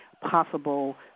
possible